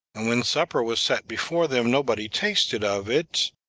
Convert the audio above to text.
and when supper was set before them, nobody tasted of it,